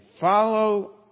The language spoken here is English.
follow